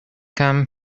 come